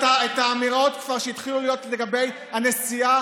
את האמירות שהתחילו להיות לגבי הנשיאה,